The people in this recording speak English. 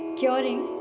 curing